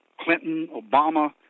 Clinton-Obama